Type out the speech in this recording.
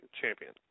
champion